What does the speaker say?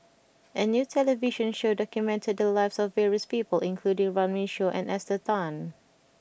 a new television show documented the lives of various people including Runme Shaw and Esther Tan